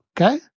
Okay